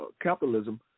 capitalism